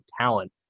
talent